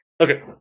okay